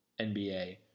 NBA